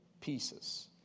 pieces